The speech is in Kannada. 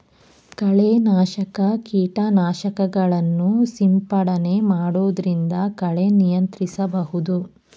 ಕಳೆ ನಾಶಕ ಕೀಟನಾಶಕಗಳನ್ನು ಸಿಂಪಡಣೆ ಮಾಡೊದ್ರಿಂದ ಕಳೆ ನಿಯಂತ್ರಿಸಬಹುದು